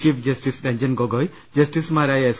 chief justice Ranjan Gogoi ജസ്റ്റിസുമാരായ S